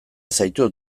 zaitut